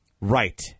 Right